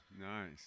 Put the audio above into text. Nice